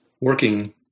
working